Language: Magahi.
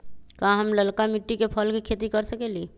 का हम लालका मिट्टी में फल के खेती कर सकेली?